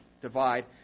divide